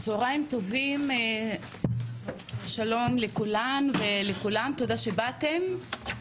צוהריים טובים, שלום לכולן ולכולם, תודה שבאתם.